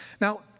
Now